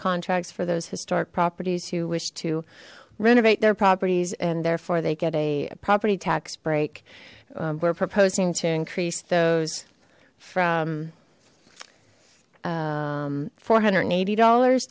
contracts for those historic properties you wish to renovate their properties and therefore they get a property tax break we're proposing to increase those from four hundred and eighty dollars